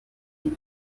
you